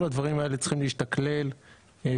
כל הדברים האלה צריכים להשתקלל פנימה.